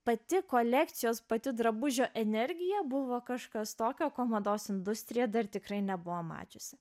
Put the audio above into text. pati kolekcijos pati drabužio energija buvo kažkas tokio ko mados industrija dar tikrai nebuvo mačiusi